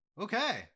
Okay